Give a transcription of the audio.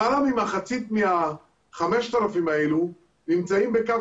למעלה ממחצית מה-5,000 האלו נמצאים בקו